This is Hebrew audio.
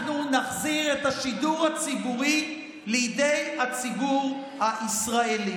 אנחנו נחזיר את השידור הציבורי לידי הציבור ישראלי.